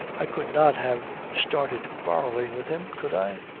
i could not have started quarrelling with him could i?